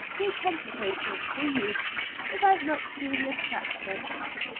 too complicated for use without much previous practice.